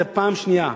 זו פעם שנייה.